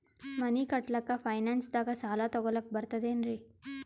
ಮನಿ ಕಟ್ಲಕ್ಕ ಫೈನಾನ್ಸ್ ದಾಗ ಸಾಲ ತೊಗೊಲಕ ಬರ್ತದೇನ್ರಿ?